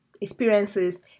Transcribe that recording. experiences